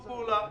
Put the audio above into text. פעולה.